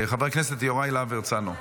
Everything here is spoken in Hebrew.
חבר הכנסת יוראי להב הרצנו.